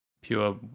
pure